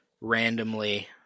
randomly